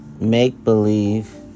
make-believe